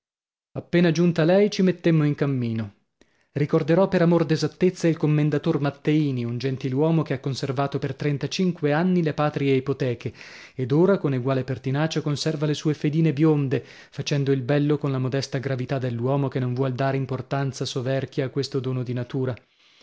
appena giunta lei ci mettemmo in cammino ricorderò per amor d'esattezza il commendator matteini un gentiluomo che ha conservato per trentacinque anni le patrie ipoteche ed ora con eguale pertinacia conserva le sue fedine bionde facendo il bello con la modesta gravità dell'uomo che non vuol dare importanza soverchia a questo dono di natura